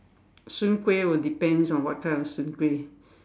soon-kueh will depends on what kind of soon-kueh